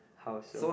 how is your